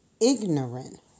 ignorant